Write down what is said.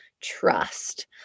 trust